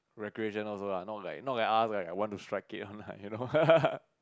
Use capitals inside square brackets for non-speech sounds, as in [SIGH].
recreational also not like not like us right I want to strike it or like you know [LAUGHS]